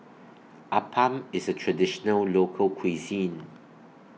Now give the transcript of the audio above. Appam IS A Traditional Local Cuisine